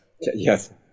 Yes